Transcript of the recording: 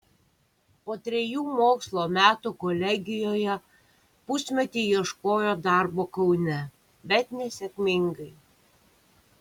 po trejų mokslo metų kolegijoje pusmetį ieškojo darbo kaune bet nesėkmingai